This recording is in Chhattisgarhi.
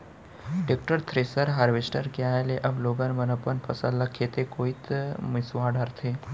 टेक्टर, थेरेसर, हारवेस्टर के आए ले अब लोगन मन अपन फसल ल खेते कोइत मिंसवा डारथें